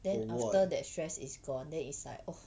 over what